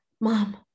mom